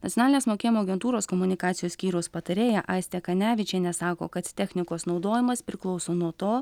nacionalinės mokėjimo agentūros komunikacijos skyriaus patarėja aistė kanevičienė sako ka technikos naudojimas priklauso nuo to